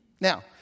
Now